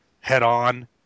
head-on